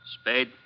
Spade